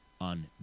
on